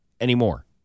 anymore